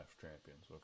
champions